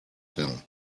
film